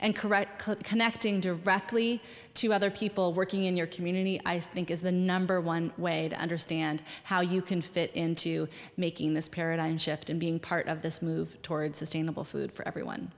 and carette connecting directly to other people working in your community i think is the number one way to understand how you can fit in to making this paradigm shift and being part of this move toward sustainable food for everyone